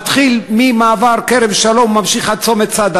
שמתחיל במעבר כרם-שלום וממשיך עד צומת סעד,